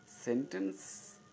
Sentence